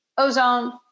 Ozone